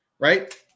Right